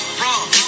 wrong